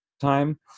time